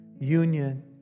union